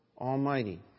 Almighty